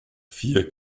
vier